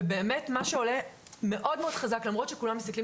ומה שעולה מאוד חזק למרות שכולם מסתכלים